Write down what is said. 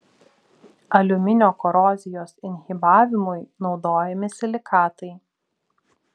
aliuminio korozijos inhibavimui naudojami silikatai